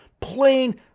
plain